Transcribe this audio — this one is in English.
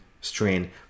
strain